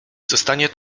zostanie